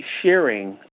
sharing